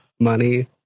Money